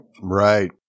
Right